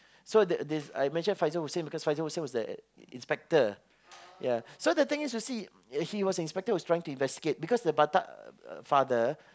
so they they I mention Faizal-Hussein because Faizal-Hussein was the inspector yeah so the thing is to see he was inspector trying to investigate because the batak uh father